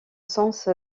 sens